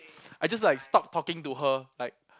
I just like stopped talking to her like